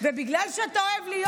ובגלל שאתה אוהב להיות פה,